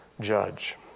judge